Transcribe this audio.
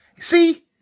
See